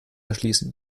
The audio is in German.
erschließen